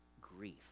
grief